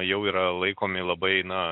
jau yra laikomi labai na